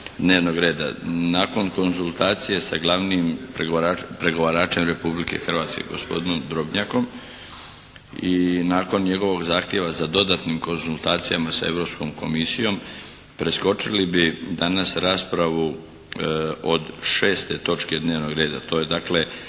dnevnog reda. Nakon konzultacije sa glavnim pregovaračem Republikom Hrvatske gospodinom Drobnjakom i nakon njegovog zahtjeva za dodatnim konzultacijama sa Europskom Komisijom preskočili bi danas raspravu od 6. točke dnevnog reda. To je dakle